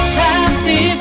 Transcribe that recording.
happy